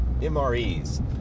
MREs